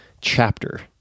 chapter